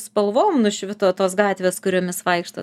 spalvom nušvito tos gatvės kuriomis vaikšto